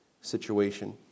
situation